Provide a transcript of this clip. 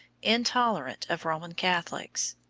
intolerant of roman catholics.